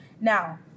Now